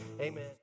amen